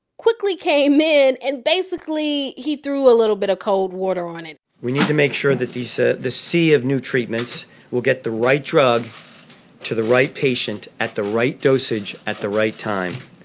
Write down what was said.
quickly came in. and basically he threw a little bit of cold water on it we need to make sure that these ah the sea of new treatments will get the right drug to the right patient at the right dosage at the right time.